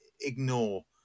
ignore